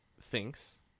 thinks